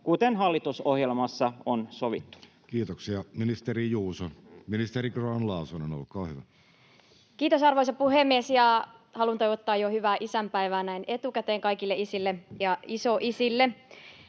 kuten hallitusohjelmassa on sovittu? Kiitoksia. — Ministeri Grahn-Laasonen, olkaa hyvä. Kiitos, arvoisa puhemies! Haluan toivottaa hyvää isänpäivää jo näin etukäteen kaikille isille ja isoisille.